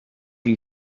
you